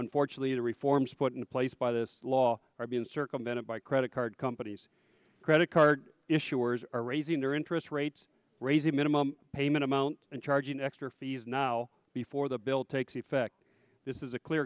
unfortunately the reforms put in place by this law are being circumvented by credit card companies credit card issuers are raising their interest rates raising minimum payment amount and charging extra fees now before the bill takes effect this is a clear